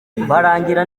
mbarangira